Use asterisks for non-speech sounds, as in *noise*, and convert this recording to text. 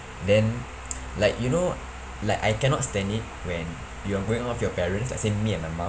then *noise* like you know like I cannot stand it when you're going out with your parents like say me and my mum